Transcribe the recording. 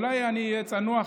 אולי אני אהיה צנוע,